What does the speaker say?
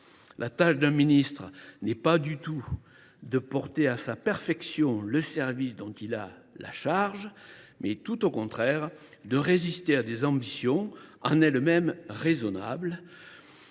La tâche d’un ministre n’est pas du tout de porter à sa perfection le service dont il a charge, mais tout au contraire, de résister à des ambitions en elles mêmes raisonnables,